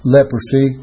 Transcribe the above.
Leprosy